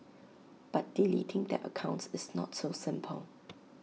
but deleting their accounts is not so simple